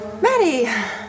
Maddie